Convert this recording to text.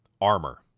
armor